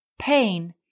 Pain